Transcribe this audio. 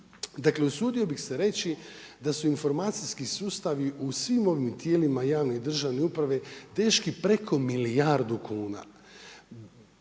dakle usudio bih se reći da su informacijski sustavi u svim ovim tijelima javne i državne uprave teški preko milijardu kuna.